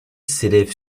s’élève